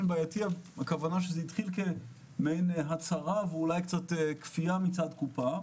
התחיל כהצהרה ואולי כפייה מצד הקופה.